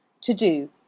To-do